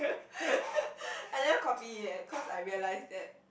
I never copy eh cause I realise that